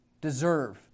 deserve